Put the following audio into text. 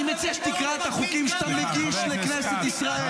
אני מציע שתקרא את החוקים שאתה מגיש לכנסת ישראל.